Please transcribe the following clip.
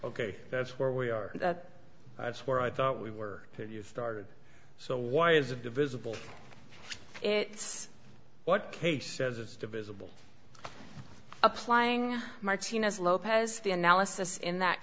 ok that's where we are that's where i thought we were to you started so why is it divisible it's what kay says it's divisible applying martinez lopez the analysis in that